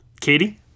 Katie